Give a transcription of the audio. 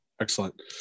Excellent